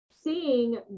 seeing